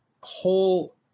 whole